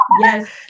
yes